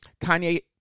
Kanye